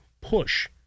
push